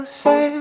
say